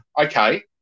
okay